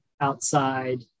outside